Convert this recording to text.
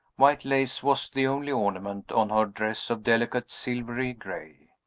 white lace was the only ornament on her dress of delicate silvery gray.